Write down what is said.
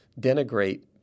denigrate